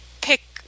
pick